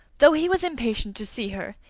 though he was impatient to see her,